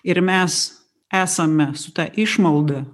ir mes esame su ta išmalda